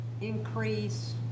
increase